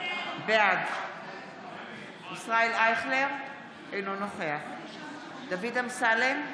בעד ישראל אייכלר, אינו נוכח דוד אמסלם,